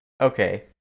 Okay